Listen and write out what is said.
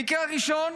המקרה הראשון,